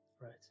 Right